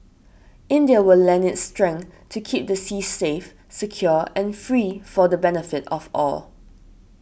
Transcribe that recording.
India will lend its strength to keep the seas safe secure and free for the benefit of all